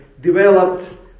developed